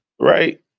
Right